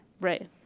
Right